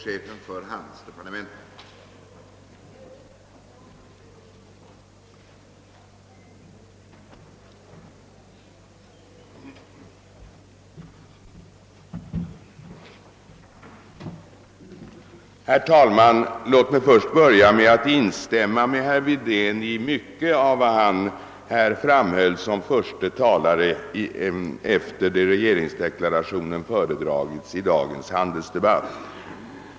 Herr talman! Låt mig först börja med att instämma med herr Wedén i mycket av vad han här framhöll som förste talare efter det att regeringsdeklarationen föredragits i dagens handelsdebatt.